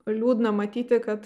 liūdna matyti kad